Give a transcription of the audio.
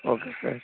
okay sir